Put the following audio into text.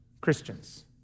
Christians